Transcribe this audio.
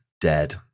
Dead